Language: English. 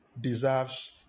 deserves